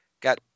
got